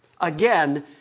again